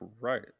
Right